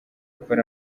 gukora